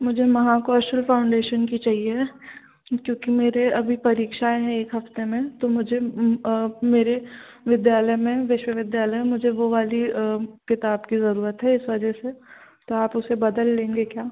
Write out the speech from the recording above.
मुझे महाकौशल फ़ाउंडेशन की चाहिए है क्योंकि मेरे अभी परीक्षाएं हैं एक हफ्ते तो मुझे मेरे विद्यालय में विश्वविद्यालय में मुझे वो वाली किताब की ज़रूरत है इस वजह से तो आप उसे बदल लेंगे क्या